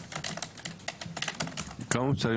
כמה מוצרים